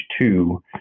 two